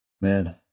Man